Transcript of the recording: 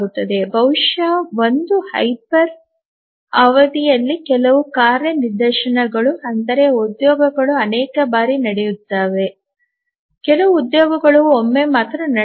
ಬಹುಶಃ ಒಂದು ಹೈಪರ್ ಅವಧಿಯಲ್ಲಿ ಕೆಲವು ಕಾರ್ಯ ನಿದರ್ಶನಗಳು ಅಂದರೆ ಉದ್ಯೋಗಗಳು ಅನೇಕ ಬಾರಿ ನಡೆಯುತ್ತವೆ ಕೆಲವು ಉದ್ಯೋಗಗಳು ಒಮ್ಮೆ ಮಾತ್ರ ನಡೆಯುತ್ತವೆ